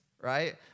right